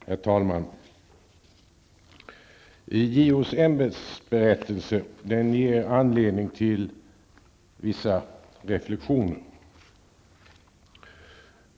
Herr talman! JOs ämbetsberättelse ger anledning till vissa reflexioner.